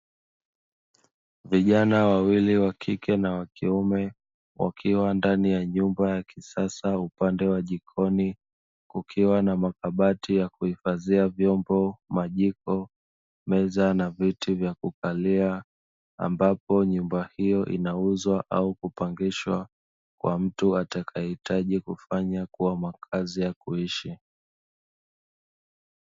Vijana wawili wa kike na wa kiume wakiwa ndani ya nyumba ya kisasa, upande wa jikoni, kukiwa na makabati ya kuhifadhia vyombo, majiko, meza na viti vya kukalia, ambapo nyumba hiyo inauzwa au kupangishwa kwa mtu atakayehitaji kuifanya kuwa makazi ya kuishi.